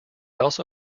also